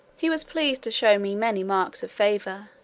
he was pleased to show me many marks of favour,